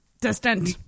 distant